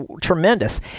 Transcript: tremendous